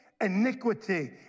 iniquity